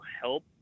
help